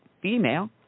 female